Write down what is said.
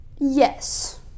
yes